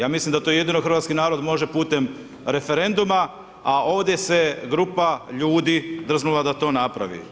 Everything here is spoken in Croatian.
Ja mislim da to jedino hrvatskih narod može putem referenduma, a ovdje se grupa ljudi drznula da to napravi.